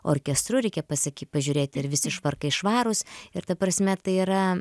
orkestru reikia pasakyt pažiūrėti ir visi švarkai švarūs ir ta prasme tai yra